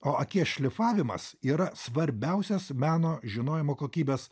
o akies šlifavimas yra svarbiausias meno žinojimo kokybės